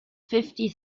fifty